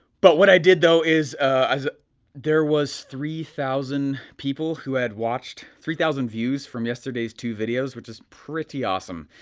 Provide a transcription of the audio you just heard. but what i did though is, ah there was three thousand people who had watched, three thousand views from yesterday's two videos, which is pretty awesome.